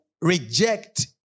reject